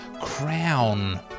crown